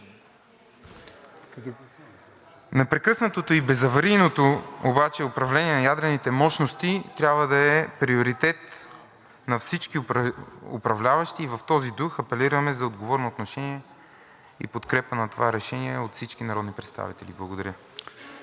Непрекъснатото и безаварийното управление на ядрените мощности трябва да е приоритет на всички управляващи и в този дух апелираме за отговорно отношение и подкрепа на това решение от всички народни представители. Благодаря.